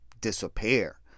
disappear